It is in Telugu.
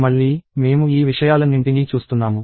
మళ్ళీ మేము ఈ విషయాలన్నింటినీ చూస్తున్నాము